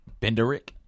Benderick